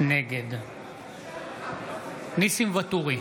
נגד ניסים ואטורי,